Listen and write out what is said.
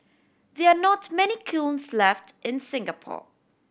there are not many kilns left in Singapore